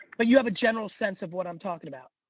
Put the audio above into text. but you have a general sense of what i'm talking about.